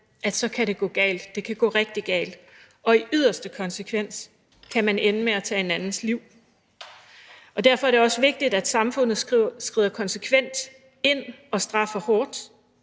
at så kan det gå galt, det kan gå rigtig galt, og i yderste konsekvens kan man ende med at tage en andens liv. Derfor er det også vigtigt, at samfundet skrider konsekvent ind og straffer hårdt,